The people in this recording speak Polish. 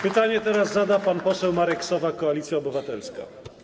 Pytanie teraz zada pan poseł Marek Sowa, Koalicja Obywatelska.